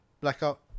Blackout